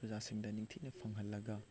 ꯄꯔꯖꯥꯁꯤꯡꯗ ꯅꯤꯡꯊꯤꯅ ꯐꯪꯍꯜꯂꯒ